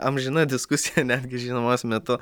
amžina diskusija netgi žiemos metu